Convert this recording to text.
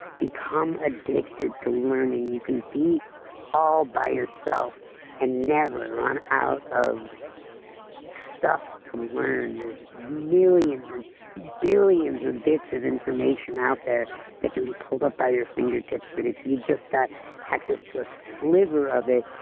become addicted to learning, you can be all by yourself and never run out of stuff to learn. there's millions and billions of bits of information out there that can be pulled up by your fingertips, that if you just got access to a sliver of it,